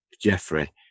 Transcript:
Jeffrey